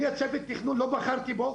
אני את הצוות תכנון לא בחרתי בו,